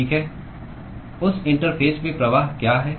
ठीक है उस इंटरफ़ेस में प्रवाह क्या है